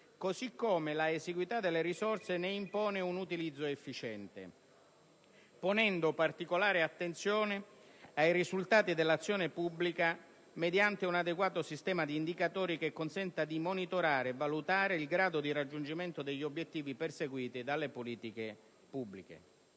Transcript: così come l'esiguità delle risorse ne impone un utilizzo efficiente, ponendo attenzione particolare ai risultati dell'azione pubblica mediante un adeguato sistema di indicatori che consenta di monitorare e valutare il grado di raggiungimento degli obiettivi perseguiti dalle politiche pubbliche.